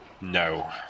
no